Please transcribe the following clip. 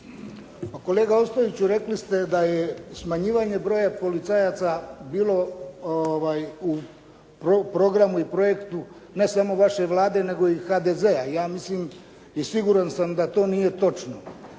Pa kolega Ostojiću rekli ste da je smanjivanje broja policajaca bilo u programu i projektu ne samo vaše Vlade nego i HDZ-a. I ja mislim i siguran sam da to nije točno.